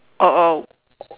oh oh